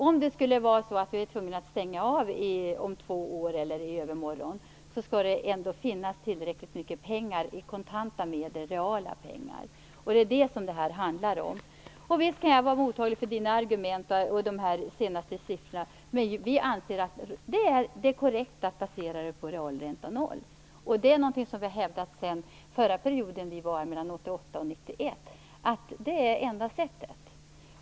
Om vi skulle vara tvungna att stänga av om två år eller i övermorgon, skall det ändå reellt finnas tillräckligt mycket kontanta medel för att klara detta. Det är det som detta handlar om. Visst kan jag vara mottaglig för Mikael Odenbergs argument och de senast anförda siffrorna, men vi anser det vara korrekt att basera avgiftssättningen på en realränta om 0 %. Vi har sedan perioden 1988 1991 hävdat att detta är det enda sättet.